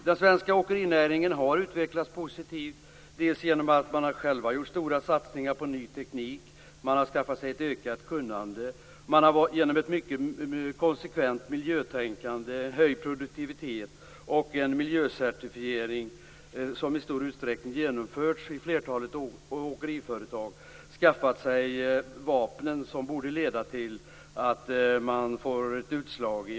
Den svenska åkerinäringen har utvecklats positivt, dels genom att man har gjort stora satsningar på ny teknik, dels genom att man har skaffat sig ett ökat kunnande, dels genom att man i flertalet åkeriföretag med hjälp av ett mycket konsekvent miljötänkande, en höjd produktivitet och en miljöcertifiering har skaffat sig de vapen som borde bidra till ökad lönsamhet.